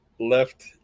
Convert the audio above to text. left